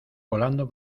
volando